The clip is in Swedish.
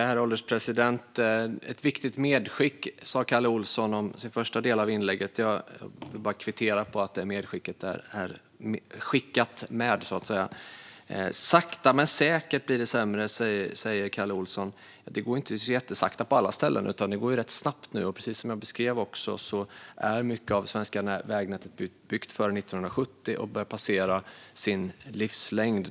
Herr ålderspresident! Kalle Olsson sa om sin första del av inlägget att det var ett viktigt medskick. Jag vill bara kvittera det medskicket. Kalle Olsson säger att det sakta men säkert blir sämre. Det går inte särskilt sakta på alla ställen, utan det går ganska snabbt nu. Precis som jag beskrev är en stor del av det svenska vägnätet byggt före 1970 och börjar passera sin livslängd.